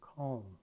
Calm